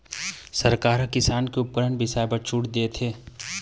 सरकार ह किसानी के उपकरन बिसाए बर छूट देथे